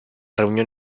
reunión